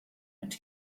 and